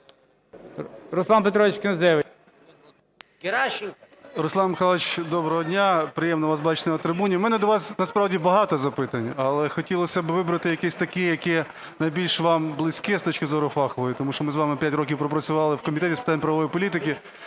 Руслане Михайловичу, доброго дня. Приємно вас бачити на трибуні. У мене до вас насправді багато запитань, але хотілося б вибрати якесь таке, яке найбільш вам близьке з точки зору фахової, тому що ми з вами п'ять років пропрацювали в Комітеті з питань правової політики,